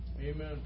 Amen